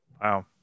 Wow